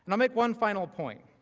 and amid one final point